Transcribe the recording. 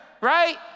right